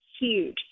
huge